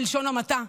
בלשון המעטה.